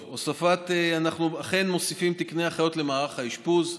אנחנו אכן מוסיפים תקני אחיות למערך האשפוז.